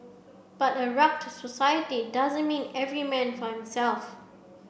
but a rugged society doesn't mean every man for himself